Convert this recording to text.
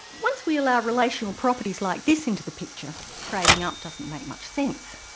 once we allow relational properties like this into the picture, trading up doesn't make much sense.